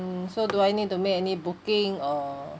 so do I need to make any booking or